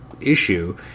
issue